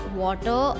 water